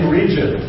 region